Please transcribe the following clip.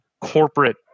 corporate